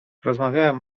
rozmawiają